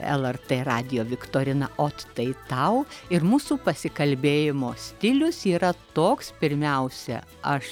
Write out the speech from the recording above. lrt radijo viktorina ot tai tau ir mūsų pasikalbėjimo stilius yra toks pirmiausia aš